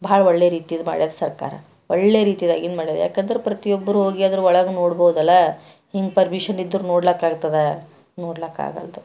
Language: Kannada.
ಭಾಳ ಒಳ್ಳೆಯ ರೀತಿದು ಮಾಡ್ಯಾರ ಸರ್ಕಾರ ಒಳ್ಳೆ ರೀತಿದಾಗಿಂದ ಮಾಡಿದ್ದು ಯಾಕಂದ್ರೆ ಪ್ರತಿಯೊಬ್ರು ಹೋಗಿ ಅದ್ರೊಳಗೆ ನೋಡ್ಬಹುದಲ್ಲಾ ಹಿಂಗೆ ಪರ್ಮಿಷನ್ ಇದ್ರೆ ನೋಡ್ಲಕ್ಕಾಗ್ತದಾ ನೋಡ್ಲಕ್ಕಾಗಲ್ದು